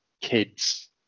kids